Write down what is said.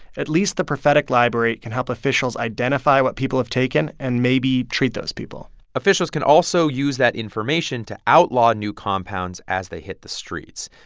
at least the prophetic library can help officials identify what people have taken and maybe treat those people officials can also use that information to outlaw new compounds as they hit the streets.